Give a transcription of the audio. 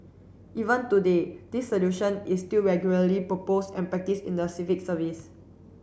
even today this solution is still regularly proposed and practised in the civil service